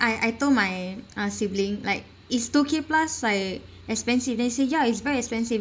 I I told my uh sibling like is two k plus like expensive then he say ya it's very expensive